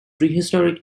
prehistoric